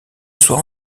soit